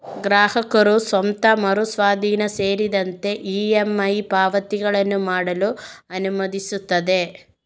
ಗ್ರಾಹಕರು ಸ್ವತ್ತು ಮರು ಸ್ವಾಧೀನ ಸೇರಿದಂತೆ ಇ.ಎಮ್.ಐ ಪಾವತಿಗಳನ್ನು ಮಾಡಲು ಅನುಮತಿಸುತ್ತದೆ